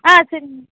ஆ சரிங்க